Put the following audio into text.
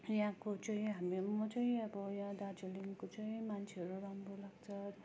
यहाँको चाहिँ हामी म चाहिँ अब यहाँ दार्जिलिङको चाहिँ मान्छेहरू राम्रो लाग्छ